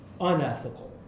unethical